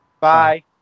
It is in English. Bye